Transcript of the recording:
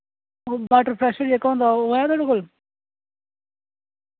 ओह् bottle brush जेह्का होंदा ओह् है थुआढ़े कोल